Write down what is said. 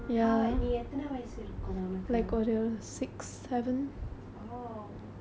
!wah! must be such a trauma அதோட பெயர் எல்லாம் ஞாபகம் இருக்கா:athoda peyar ellaam ngabakam irukkaa